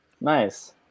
nice